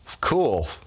cool